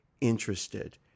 interested